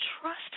trust